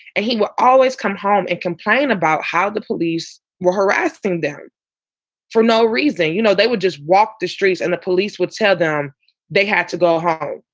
and he would always come home and complain about how the police were harassing them for no reason. you know, they would just walk the streets and the police would tell them they had to go home,